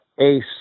ace